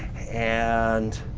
and